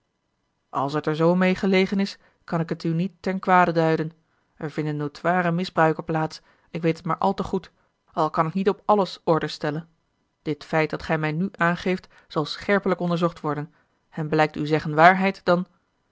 als het er zoo meê gelegen is kan ik het u niet ten kwade duiden er vinden notoire misbruiken plaats ik weet het maar al te goed al kan ik niet op àlles ordre stellen dit feit dat gij mij nu aangeeft zal scherpelijk onderzocht worden en blijkt uw zeggen waarheid dan